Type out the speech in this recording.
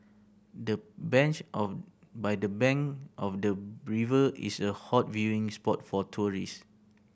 the bench of by the bank of the river is a hot viewing spot for tourists